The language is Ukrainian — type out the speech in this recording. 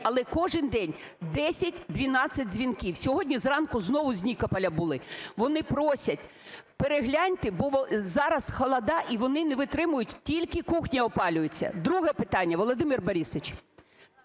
але кожен день 10-12 дзвінків. Сьогодні зранку знову з Нікополя були. Вони просять, перегляньте, бо зараз холоди, і вони не витримують, тільки кухні опалюються. Друге питання, Володимире Борисовичу.